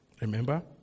Remember